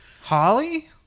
Holly